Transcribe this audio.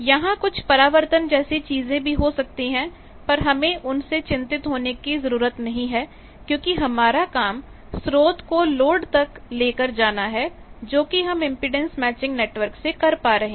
यहां कुछ परावर्तन जैसी चीजें भी हो सकती हैं पर हमें उनसे चिंतित होने की जरूरत नहीं है क्योंकि हमारा काम स्रोत को लोड तक लेकर जाना है जो कि हम इंपेडेंस मैचिंग नेटवर्क से कर पा रहे हैं